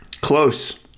Close